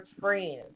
friends